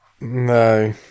No